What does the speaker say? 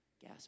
gas